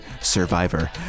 Survivor